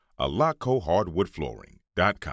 alacohardwoodflooring.com